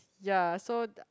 ya so